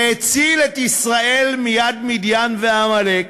שהציל את ישראל מיד מדיין ועמלק.